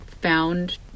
found